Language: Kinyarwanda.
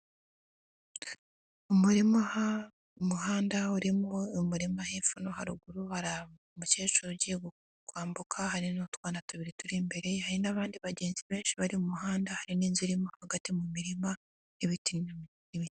Umurima, umuhanda urimo umurima hepfo no haruguru, hari aba, umukecuru ugiye gukwambuka, hari n'utwana tubiri turi imbere hari n'abandi bagenzi benshi bari mu muhanda hari n'inzu irimo hagati mu mirima, ibiti ibi...